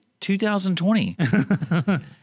2020